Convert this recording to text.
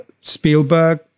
Spielberg